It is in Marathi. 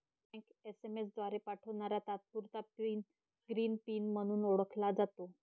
बँक एस.एम.एस द्वारे पाठवणारा तात्पुरता पिन ग्रीन पिन म्हणूनही ओळखला जातो